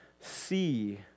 see